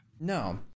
No